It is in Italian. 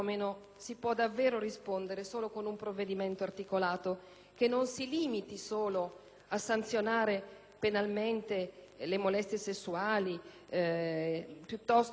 si può davvero rispondere soltanto con un provvedimento articolato che non si limiti solo a sanzionare penalmente le molestie sessuali, ma sia